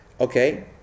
okay